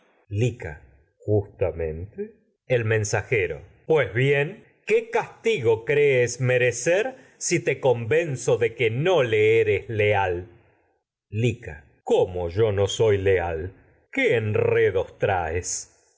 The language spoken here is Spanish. lica justamente pues bien de el mensajero si te qué castigo crees me recer convenzo que soy no le eres leal lica el cómo yo no leal qué enredos traes